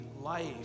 life